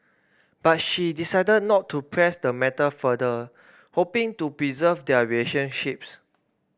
but she decided not to press the matter further hoping to preserve their relationships